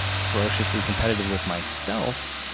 ferociously competitive with myself.